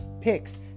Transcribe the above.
picks